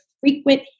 frequent